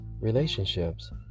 relationships